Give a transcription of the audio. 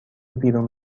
بیرون